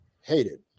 hated